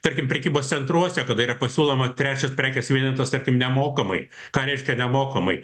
tarkim prekybos centruose kada yra pasiūloma trečias prekės vienetas tarkim nemokamai ką reiškia nemokamai